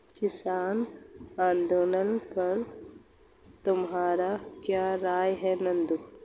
किसान आंदोलन पर तुम्हारी क्या राय है नंदू?